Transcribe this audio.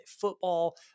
football